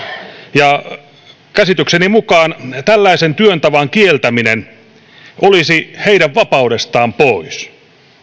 ja käsitykseni mukaan tällaisen työtavan kieltäminen olisi heidän vapaudestaan pois